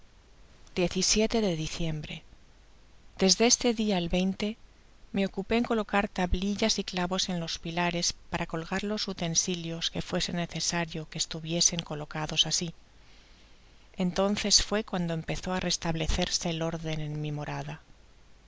de diciembre desde este día al me ocupé en colocar tablillas y clavos en los pilares para colgar los utensilios que fuese necesario que estuviesen colocados asi entonces fué cuando empezó á restablecerse el órden en mi morada